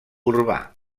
urbà